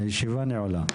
הישיבה נעולה.